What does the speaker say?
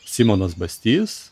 simonas bastys